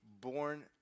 born